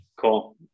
Cool